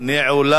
תודה רבה.